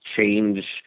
change